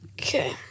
Okay